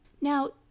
Now